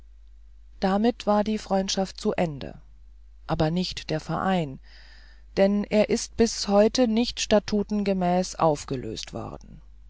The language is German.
damit war die freundschaft zu ende aber nicht der verein denn er ist bis heute nicht statutengemäß aufgelöst worden